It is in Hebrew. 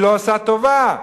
היא לא עושה טובה.